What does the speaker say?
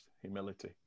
humility